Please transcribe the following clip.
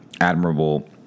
admirable